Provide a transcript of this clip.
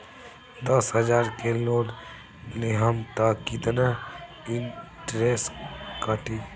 दस हजार के लोन लेहम त कितना इनट्रेस कटी?